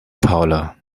paula